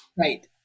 Right